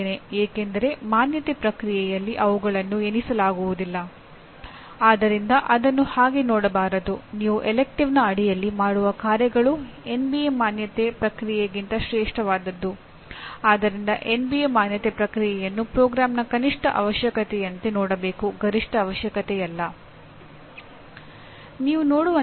ಈಗ TALE engineering ಶಿಕ್ಷಕರು ತಮ್ಮ ವಿದ್ಯಾರ್ಥಿಗಳನ್ನು ಅವರ ಪದವಿ ಗ್ರಹಣ ಸಮಯದಲ್ಲಿ ಉತ್ತಮ ಎಂಜಿನಿಯರ್ಗಳಾಗಲು ಅನುಕೂಲವಾಗುವಂತೆ ಮಾಡುವ ಗುರಿ ಹೊಂದಿದೆ